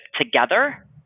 together